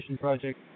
project